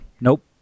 Nope